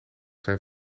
zijn